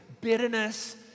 bitterness